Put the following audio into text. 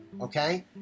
okay